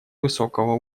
высокого